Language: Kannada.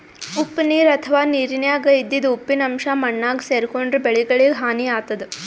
ಉಪ್ಪ್ ನೀರ್ ಅಥವಾ ನೀರಿನ್ಯಾಗ ಇದ್ದಿದ್ ಉಪ್ಪಿನ್ ಅಂಶಾ ಮಣ್ಣಾಗ್ ಸೇರ್ಕೊಂಡ್ರ್ ಬೆಳಿಗಳಿಗ್ ಹಾನಿ ಆತದ್